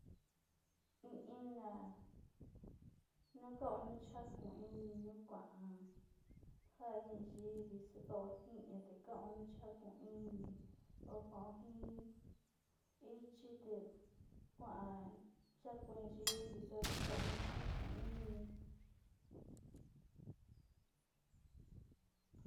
Ntaka ina no kuan ja in ñayivi chi ka´anyo no te kajakuini te nuni ka´anyo na kikasi no in kiti chi jako te yuka luu kasa´a.